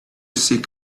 seek